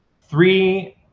three